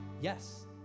Yes